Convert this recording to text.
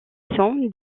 son